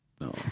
No